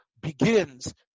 begins